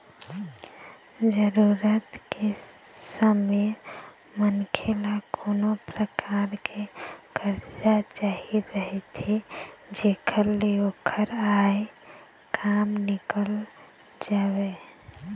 जरूरत के समे मनखे ल कोनो परकार के करजा चाही रहिथे जेखर ले ओखर आय काम निकल जावय